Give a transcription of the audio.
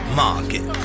market